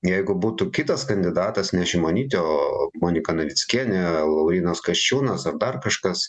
jeigu būtų kitas kandidatas ne šimonytė o monika navickienė laurynas kasčiūnas ar dar kažkas